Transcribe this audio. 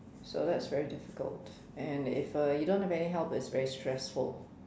so that's very difficult and if uh you don't have any help that's very stressful